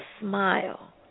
smile